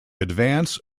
advance